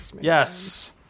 yes